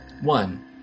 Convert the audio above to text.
One